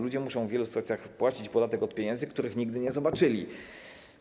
Ludzie muszą w wielu sytuacjach płacić podatek od pieniędzy, których nigdy nie zobaczyli.